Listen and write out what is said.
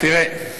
תראה,